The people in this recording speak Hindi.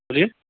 बोलिये